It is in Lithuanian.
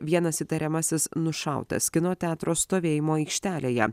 vienas įtariamasis nušautas kino teatro stovėjimo aikštelėje